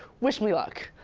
wish me luck.